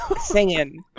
singing